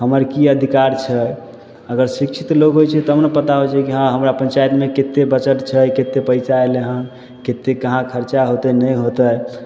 हमर कि अधिकार छै अगर शिक्षित लोक होइ छै तहन पता होइ छै कि हँ हमर पञ्चाइतमे कतेक बजट छै कतेक पइसा अएलै हइ कतेक कहाँ खरचा होतै नहि होतै